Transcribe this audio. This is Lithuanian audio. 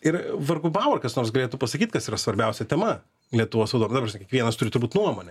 ir vargu bau ar kas nors galėtų pasakyt kas yra svarbiausia tema lietuvos vadovam ta prasme kiekvienas turi turbūt nuomonę